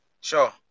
Sure